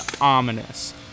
ominous